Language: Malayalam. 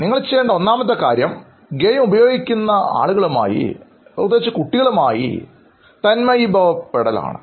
നിങ്ങൾ ചെയ്യേണ്ട ഒന്നാമത്തെ കാര്യം ഗെയിം ഉപയോഗിക്കുന്ന ആളുകളുമായി താതാത്മ്യം പ്രാപിക്കുക ആണ്